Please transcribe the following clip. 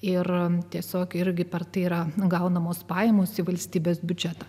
ir tiesiog irgi per tai yra gaunamos pajamos į valstybės biudžetą